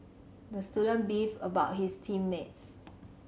the student beefed about his team mates